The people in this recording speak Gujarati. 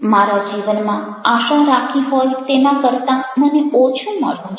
મારા જીવનમાં આશા રાખી હોય તેના કરતાં મને ઓછું મળ્યું છે